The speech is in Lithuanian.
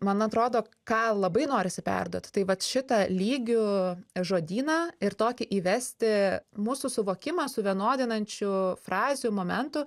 man atrodo ką labai norisi perduot tai vat šitą lygių žodyną ir tokį įvesti mūsų suvokimą suvienodinančių frazių momentų